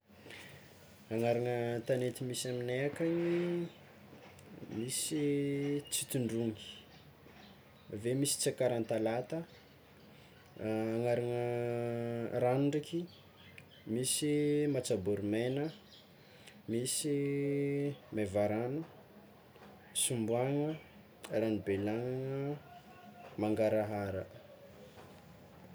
Agnarana tanety misy aminay akany: misy Tsitondroiny, aveo misy Tsiakarantalata, agnarana rano ndraiky, misy Matsaborimena, misy Mevarano, Somboagna, Ranon'i Bealagnagna, Mangarahara.